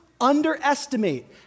underestimate